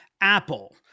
Apple